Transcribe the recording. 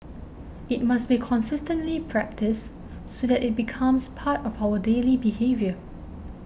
it must be consistently practised so that it becomes part of our daily behaviour